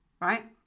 right